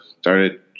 started